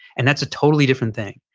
and that's a totally different thing.